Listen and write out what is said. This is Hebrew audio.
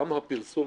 גם הפרסום